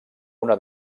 una